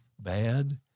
bad